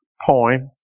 poem